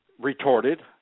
retorted